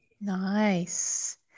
Nice